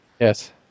yes